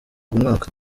umwaka